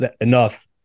enough